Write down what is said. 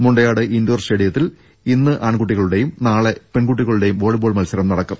Mundayad indoor സ്റ്റേഡിയത്തിൽ ഇന്ന് ആൺകുട്ടികളുടെയും നാളെ പെൺകുട്ടികളുടെയും വോളി ബോൾ മത്സരം നടക്കും